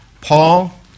Paul